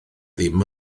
ddim